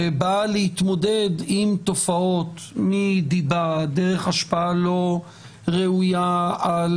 שבאה להתמודד עם תופעות מדיבה דרך השפעה לא ראויה על